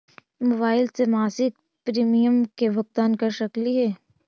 Mobile से मासिक premium के भुगतान कर सकली हे?